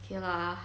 okay lah